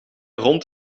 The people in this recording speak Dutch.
rond